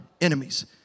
enemies